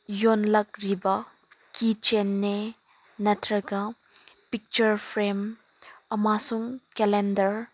ꯌꯣꯜꯂꯛꯂꯤꯕ ꯀꯤ ꯆꯦꯟꯅꯦ ꯅꯠꯇ꯭ꯔꯒ ꯄꯤꯛꯆꯔ ꯐ꯭ꯔꯦꯝ ꯑꯃꯁꯨꯡ ꯀꯦꯂꯦꯟꯗꯔ